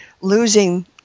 losing